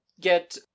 get